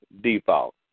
default